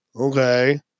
okay